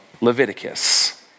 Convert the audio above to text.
Leviticus